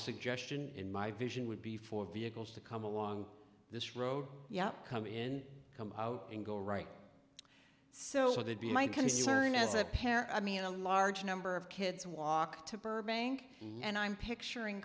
suggestion in my vision would be for vehicles to come along this road yup come in come out and go right so they'd be my concern as a parent i mean a large number of kids walk to burbank and i'm picturing